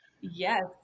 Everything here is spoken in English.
Yes